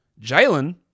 Jalen